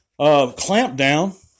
clampdown